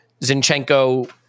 Zinchenko